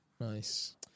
Nice